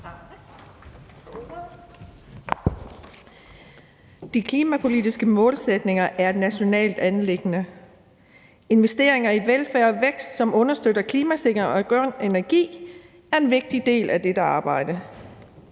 De klimapolitiske målsætninger er et nationalt anliggende. Investeringer i velfærd og vækst, som understøtter klimasikring og grøn energi, er en vigtig del af dette arbejde.